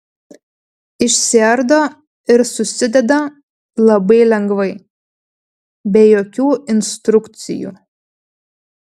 išsiardo ir susideda labai lengvai be jokių instrukcijų